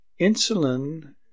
Insulin